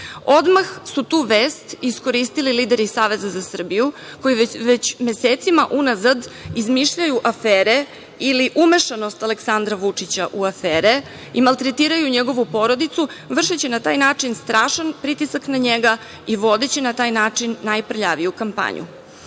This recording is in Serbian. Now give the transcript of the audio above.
Odmah su tu vest iskoristili lideri iz Saveza za Srbiju, koji već mesecima unazad izmišljaju afere ili umešanost Aleksandra Vučića u afere i maltretiraju njegovu porodicu, vršeći na taj način strašan pritisak na njega i vodeći na taj način najprljaviju kampanju. Pored